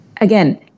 again